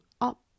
up